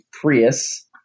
Prius